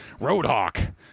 Roadhawk